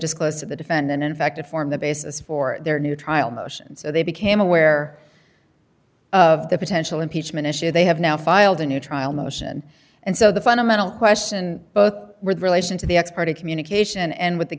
disclosed to the defendant in fact it formed the basis for their new trial motion so they became aware of the potential impeachment issue they have now filed a new trial motion and so the fundamental question both with relation to the expert in communication and with the